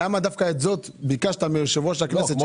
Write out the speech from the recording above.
למה דווקא את זאת ביקשת מיושב-ראש הכנסת?